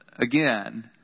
again